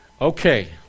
Okay